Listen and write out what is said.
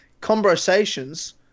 conversations